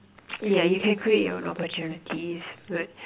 yeah you can create your own opportunities like